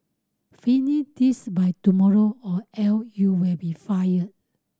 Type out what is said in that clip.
finish this by tomorrow or else you will be fired